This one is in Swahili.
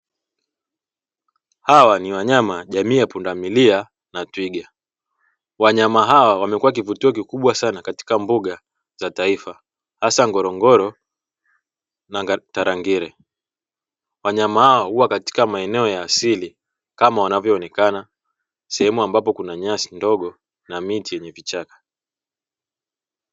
Hawa ni wanyama jamii ya punda milia na twiga. Wanyama hawa wamekuwa kivutio kikubwa sana katika mbuga za taifa hasa Ngorongoro na Tarangire. Wanyama huwa katika maeneo ya asili kama wanavyoonekana sehemu ambapo kuna nyasi ndogo na miti yenye kichaka.